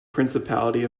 principality